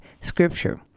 scripture